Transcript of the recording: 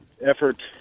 effort